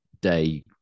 day